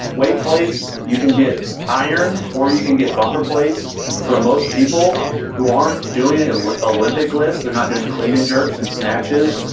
weight plates, you can get iron or you can get bumper plates for most people who aren't doing ah like olympic lifts, they're not doing clean and jerks and snatches.